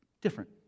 different